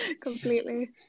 completely